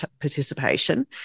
participation